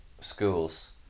schools